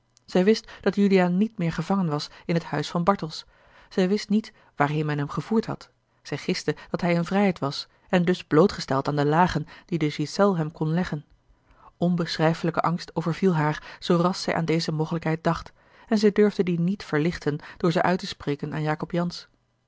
zij wist dat juliaan niet meer gevangen was in het huis van bartels zij wist niet waarheen men hem gevoerd had zij giste dat hij in vrijheid was en dus blootgesteld aan de lagen die de ghiselles hem kon leggen onbeschrijfelijke angst overviel haar zoo ras zij aan deze mogelijkheid dacht en zij durfde die niet verlichten door ze uit te spreken aan jacob jansz